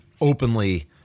openly